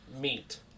meat